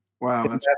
Wow